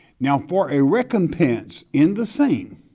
now for a recompence in the same.